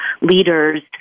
leaders